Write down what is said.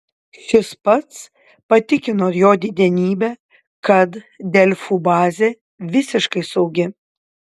šis pats patikino jo didenybę kad delfų bazė visiškai saugi